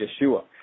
Yeshua